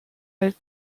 als